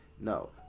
no